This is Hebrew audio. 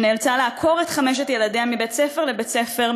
שנאלצה לעקור את חמשת ילדיה מבית-ספר לבית-ספר,